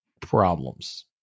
problems